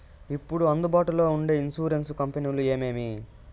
ఇప్పుడు అందుబాటులో ఉండే ఇన్సూరెన్సు కంపెనీలు ఏమేమి?